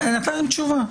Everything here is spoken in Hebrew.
הוא נתן תשובה.